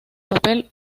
papel